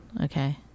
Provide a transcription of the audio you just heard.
Okay